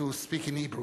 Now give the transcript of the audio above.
to speak Hebrew.